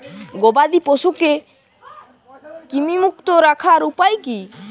গবাদি পশুকে কৃমিমুক্ত রাখার উপায় কী?